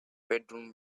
bedroom